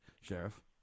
Sheriff